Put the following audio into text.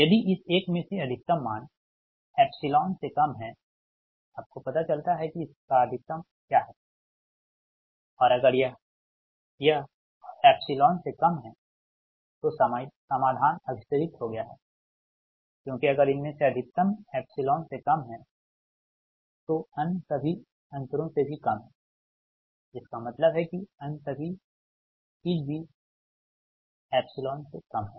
यदि इस एक मे से अधिकतम मान एप्सिलॉन से कम है आपको पता चलता है कि इसका अधिकतम क्या है और अगर यह एप्सिलॉन से कम है तो समाधान अभिसरित हो गया है क्योंकि अगर इनमें से अधिकतम एप्सिलॉन से कम है तो अन्य सभी अंतरों से भी कम है जिसका मतलब है कि अन्य सभी चीज भी से एप्सिलॉन से कम है